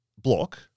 block